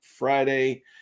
Friday